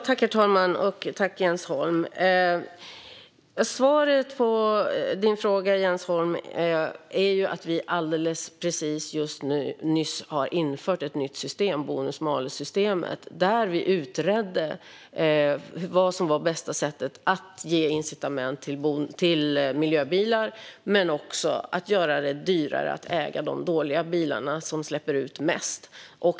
Herr talman! Tack, Jens Holm! Svaret på din fråga är att vi alldeles nyss har infört ett nytt system, bonus-malus-systemet. Vi utredde vad som var bästa sättet att ge incitament till miljöbilar men också att göra det dyrare att äga de dåliga bilarna som släpper ut mest.